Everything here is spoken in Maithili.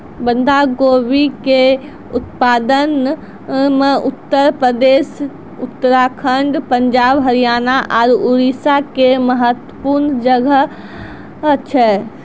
बंधा गोभी के उत्पादन मे उत्तर प्रदेश, उत्तराखण्ड, पंजाब, हरियाणा आरु उड़ीसा के महत्वपूर्ण जगह छै